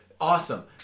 awesome